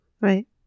Right